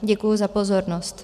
Děkuji za pozornost.